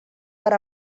per